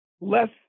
less